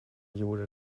gjorde